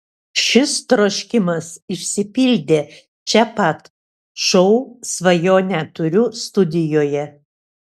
šis troškimas išsipildė čia pat šou svajonę turiu studijoje